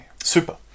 Super